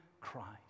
Christ